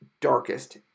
darkest